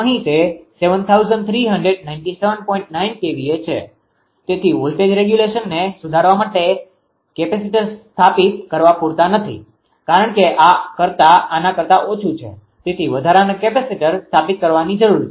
9 kVA છે તેથી voltage રેગ્યુલેશનને સુધારવા માટે કેપેસિટર સ્થાપિત કરવા પૂરતા નથી કારણ કે આ આના કરતા ઓછું છે તેથી વધારાના કેપેસિટર સ્થાપિત કરવાની જરૂરી છે